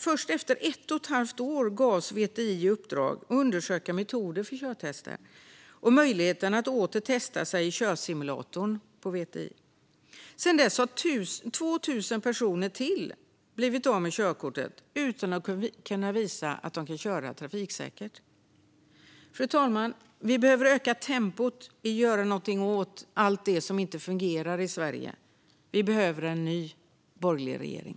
Först efter ett och ett halvt år gavs VTI i uppdrag att undersöka metoder för körtester och möjligheten att åter testa sig i körsimulatorn på VTI. Sedan dess har 2 000 personer till blivit av med körkortet utan att ha kunnat visa om de kan köra trafiksäkert. Fru talman! Vi behöver öka tempot i att göra någonting åt allt det som inte fungerar i Sverige. Vi behöver en ny borgerlig regering.